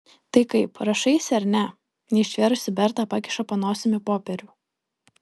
tai kaip rašaisi ar ne neištvėrusi berta pakiša po nosimi popierių